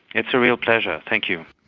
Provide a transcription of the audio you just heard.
it's a real pleasure, thank you.